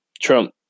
Trump